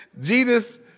Jesus